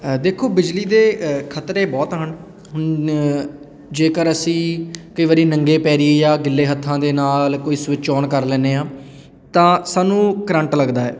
ਦੇਖੋ ਬਿਜਲੀ ਦੇ ਖਤਰੇ ਬਹੁਤ ਹਨ ਹੁਣ ਜੇਕਰ ਅਸੀਂ ਕਈ ਵਾਰੀ ਨੰਗੇ ਪੈਰ ਜਾਂ ਗਿੱਲੇ ਹੱਥਾਂ ਦੇ ਨਾਲ ਕੋਈ ਸਵਿੱਚ ਔਨ ਕਰ ਲੈਂਦੇ ਹਾਂ ਤਾਂ ਸਾਨੂੰ ਕਰੰਟ ਲੱਗਦਾ ਹੈ